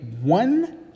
one